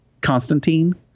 Constantine